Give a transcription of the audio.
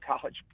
college